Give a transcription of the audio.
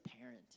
parent